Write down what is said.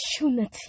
opportunity